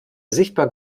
sichtbar